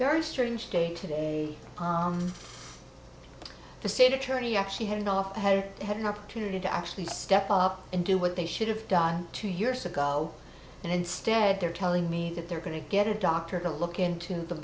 very strange day today the state attorney actually headed off to have had an opportunity to actually step up and do what they should have done two years ago and instead they're telling me that they're going to get a doctor to look into the